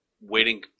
waiting